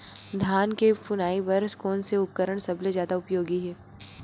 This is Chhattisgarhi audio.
धान के फुनाई बर कोन से उपकरण सबले जादा उपयोगी हे?